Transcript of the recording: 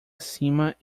acima